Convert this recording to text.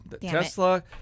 Tesla